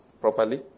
properly